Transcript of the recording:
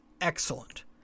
Excellent